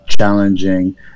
challenging